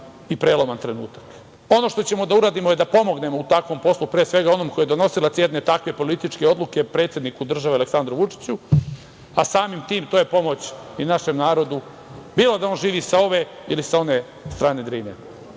i preloman trenutak. Ono što ćemo da uradimo je da pomognemo u takvom poslu, pre svega onom koji je donosilac jedne takve političke odluke, predsedniku države, Aleksandru Vučiću, a samim tim to je pomoć i našem narodu, bilo da on živi sa ove ili sa one strane Drine.U